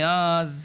מאז